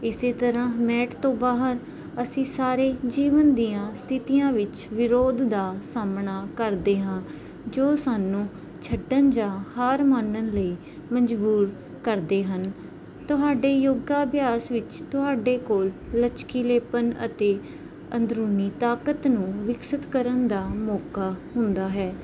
ਇਸ ਤਰ੍ਹਾਂ ਮੈਟ ਤੋਂ ਬਾਹਰ ਅਸੀਂ ਸਾਰੇ ਜੀਵਨ ਦੀਆਂ ਸਥਿਤੀਆਂ ਵਿੱਚ ਵਿਰੋਧ ਦਾ ਸਾਹਮਣਾ ਕਰਦੇ ਹਾਂ ਜੋ ਸਾਨੂੰ ਛੱਡਣ ਜਾਂ ਹਾਰ ਮੰਨਣ ਲਈ ਮਜਬੂਰ ਕਰਦੇ ਹਨ ਤੁਹਾਡੇ ਯੋਗਾ ਅਭਿਆਸ ਵਿੱਚ ਤੁਹਾਡੇ ਕੋਲ ਲਚਕੀਲੇਪਨ ਅਤੇ ਅੰਦਰੂਨੀ ਤਾਕਤ ਨੂੰ ਵਿਕਸਿਤ ਕਰਨ ਦਾ ਮੌਕਾ ਹੁੰਦਾ ਹੈ